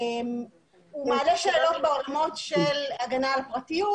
הוא מעלה שאלות ברמות של הגנה על פרטיות,